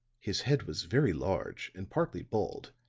his head was very large and partly bald,